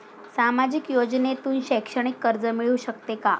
सामाजिक योजनेतून शैक्षणिक कर्ज मिळू शकते का?